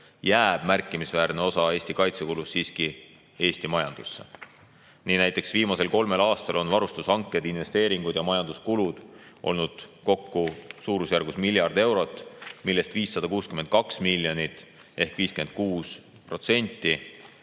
jääb märkimisväärne osa Eesti kaitsekulust siiski Eesti majandusse. Nii näiteks viimasel kolmel aastal varustushanked, investeeringud ja majanduskulud olnud kokku suurusjärgus miljard eurot, millest 562 miljonit ehk 56%